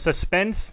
suspense